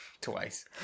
Twice